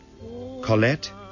Colette